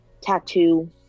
tattoo